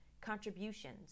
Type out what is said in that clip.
contributions